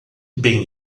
bem